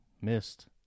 missed